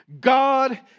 God